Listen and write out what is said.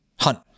Hunt